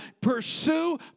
pursue